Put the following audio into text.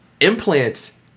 implants